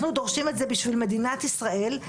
ואנחנו דורשים את זה בשביל מדינת ישראל,